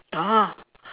ah